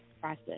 process